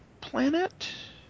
Planet